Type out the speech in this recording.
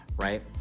right